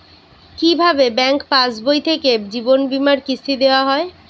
কি ভাবে ব্যাঙ্ক পাশবই থেকে জীবনবীমার কিস্তি দেওয়া হয়?